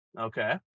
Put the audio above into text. Okay